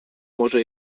może